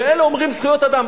ואלה אומרים: זכויות אדם.